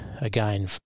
again